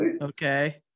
Okay